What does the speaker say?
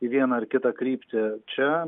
į vieną ar kitą kryptį čia